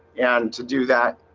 and to do that.